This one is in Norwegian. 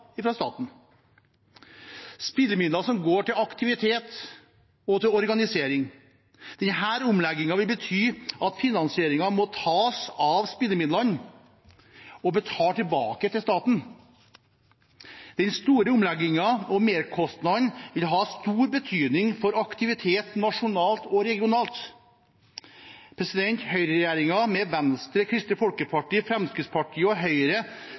fra staten – spillemidler som går til aktivitet og til organisering. Denne omleggingen vil bety at finansieringen må tas av spillemidlene og betales tilbake til staten. Den store omleggingen og merkostnaden vil ha stor betydning for aktivitet nasjonalt og regionalt. Høyreregjeringen, med Venstre, Kristelig Folkeparti, Fremskrittspartiet og